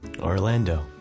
Orlando